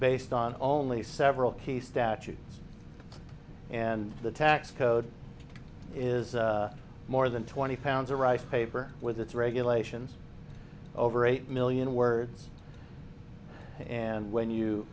based on only several key statutes and the tax code is more than twenty pounds of rice paper with its regulations over eight million words and when you